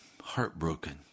heartbroken